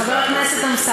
טוב, תודה, חבר הכנסת אמסלם.